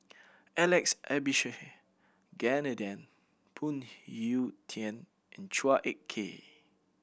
Alex Abisheganaden Phoon Yew Tien and Chua Ek Kay